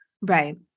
right